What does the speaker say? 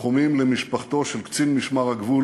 תנחומים למשפחתו של קצין משמר הגבול